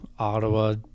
Ottawa